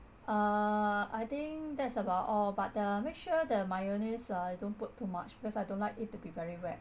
uh I think that's about all but uh make sure the mayonnaise uh don't put too much because I don't like it to be very wet